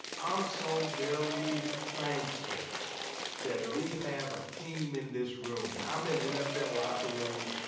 i'm so very thankful that we have a team in this room and i'm in nfl locker rooms,